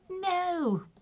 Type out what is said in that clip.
no